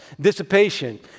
dissipation